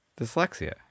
dyslexia